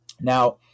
Now